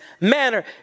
manner